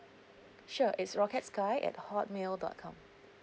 sure it's rockets sky at hotmail dot com